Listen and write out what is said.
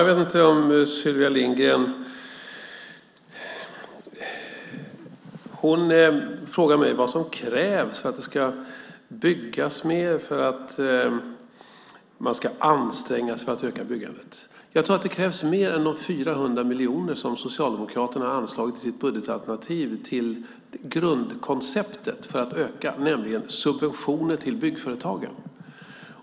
Herr talman! Sylvia Lindgren frågade vad som krävs för att det ska byggas mer och för att man ska anstränga sig att öka byggandet. Jag tror att det krävs mer än de 400 miljoner som Socialdemokraterna har anslagit i sitt budgetalternativ till grundkonceptet för att öka bostadsbyggandet, nämligen subventioner till byggföretagen.